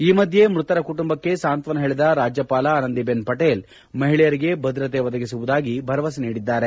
ಈ ಮಧ್ಯೆ ಮೃತರ ಕುಟುಂಬಕ್ಕೆ ಸಾಂತ್ವನ ಹೇಳದ ರಾಜ್ಯಪಾಲ ಆನಂದಿ ಬೆನ್ ಪಟೇಲ್ ಮಹಿಳೆಯರಿಗೆ ಭದ್ರತೆ ಒದಗಿಸುವುದಾಗಿ ಭರವಸೆ ನೀಡಿದ್ದಾರೆ